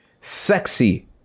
sexy